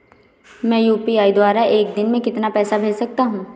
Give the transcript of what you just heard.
मैं यू.पी.आई द्वारा एक दिन में कितना पैसा भेज सकता हूँ?